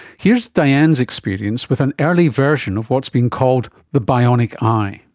here's diane's experience with an early version of what's being called the bionic eye.